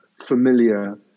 familiar